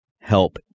help